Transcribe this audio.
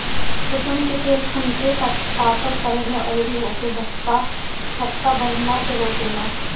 कुसुम के तेल खुनके पातर करे में अउरी ओके थक्का बनला से रोकेला